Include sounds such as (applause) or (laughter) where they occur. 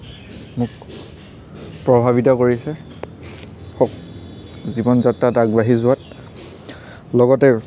মোক প্ৰভাৱিত কৰিছে (unintelligible) জীৱন যাত্ৰাত আগবাঢ়ি যোৱাত লগতে